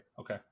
Okay